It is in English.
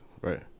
right